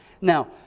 Now